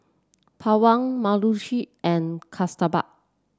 Pawan Mukesh and Kasturba